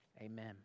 amen